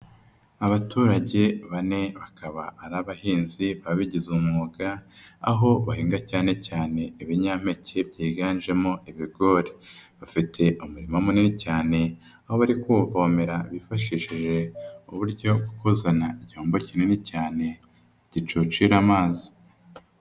Abaturage bane bakaba ari abahinzi babigize umwuga, aho bahinga cyanecyane ibinyampeke byiganjemo ibigori. Bafite umuriro munini cyane aho bari kuwuvomera bifashishije uburyo kuzana igihombo kinini cyane gicucira amazi.